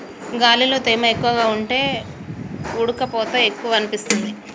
గాలిలో తేమ ఎక్కువగా ఉంటే ఉడుకపోత ఎక్కువనిపిస్తుంది